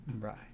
right